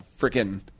freaking